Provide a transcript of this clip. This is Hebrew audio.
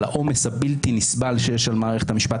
על העומס הבלתי נסבל שיש על מערכת המשפט,